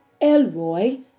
Elroy